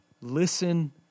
Listen